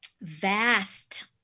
vast